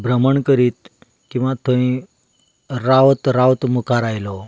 भ्रमण करीत किंवा थंय रावत रावत मुखार आयलो